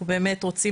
אנחנו רוצים